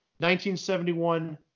1971